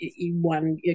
one